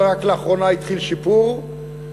ורק לאחרונה התחיל שיפור,